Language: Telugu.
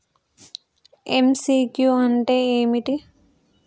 ఎమ్.సి.క్యూ అంటే ఏమిటి?